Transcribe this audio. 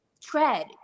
tread